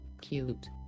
Cute